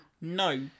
No